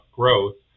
growth